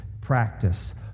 practice